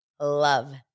love